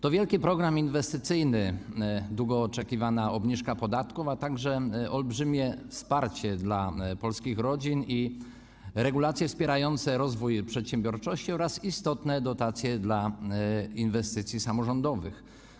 To wielki program inwestycyjny, długo oczekiwana obniżka podatków, a także olbrzymie wsparcie dla polskich rodzin i regulacje wspierające rozwój przedsiębiorczości oraz istotne dotacje dla inwestycji samorządowych.